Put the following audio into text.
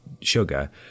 sugar